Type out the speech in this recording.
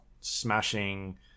smashing